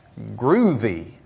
groovy